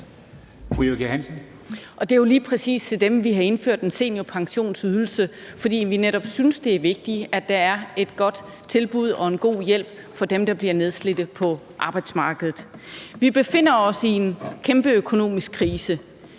Det er jo lige præcis til dem, vi har indført en seniorpensionsydelse, fordi vi netop syntes, det er vigtigt, at der er et godt tilbud og en god hjælp for dem, der bliver nedslidte på arbejdsmarkedet. Vi befinder os i en kæmpe økonomisk krise.